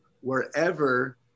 wherever